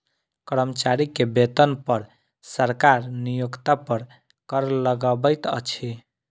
कर्मचारी के वेतन पर सरकार नियोक्ता पर कर लगबैत अछि